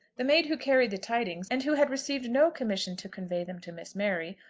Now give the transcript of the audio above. the maid who carried the tidings, and who had received no commission to convey them to miss mary,